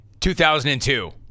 2002